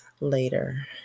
later